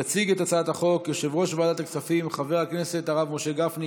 יציג את הצעת החוק יושב-ראש ועדת הכספים חבר הכנסת הרב משה גפני.